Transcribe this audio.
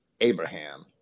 Abraham